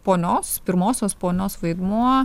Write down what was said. ponios pirmosios ponios vaidmuo